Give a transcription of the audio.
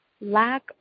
lack